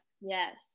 yes